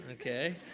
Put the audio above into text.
okay